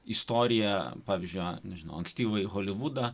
istorijoje pavyzdžio nežinau ankstyvąjį holivudą